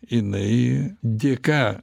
jinai dėka